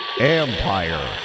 Empire